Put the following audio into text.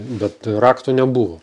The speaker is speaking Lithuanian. bet rakto nebuvo